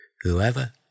Whoever